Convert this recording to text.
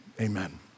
Amen